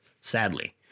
sadly